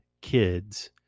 kids